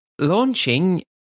launching